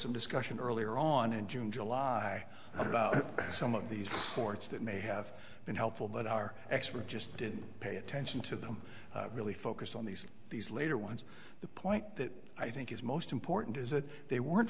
some discussion earlier on in june july and some of these courts that may have been helpful but our expert just did pay attention to them really focused on these these later ones the point that i think is most important is that they weren't